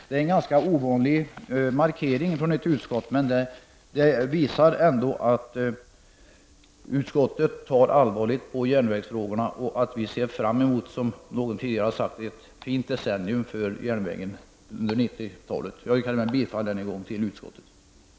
Det är en ganska ovanlig markering från ett uskott, men detta visar ändå att utskottet tar allvarligt på järnvägsfrågorna och att utskottet, som någon tidigare har sagt, ser fram emot ett fint decennium för järnvägen under 90-talet. Jag yrkar därmed än en gång bifall till utskottets hemställan.